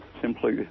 simply